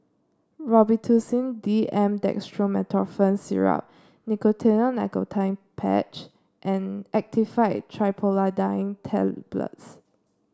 Robitussin D M Dextromethorphan Syrup Nicotinell Nicotine Patch and Actifed Triprolidine Tablets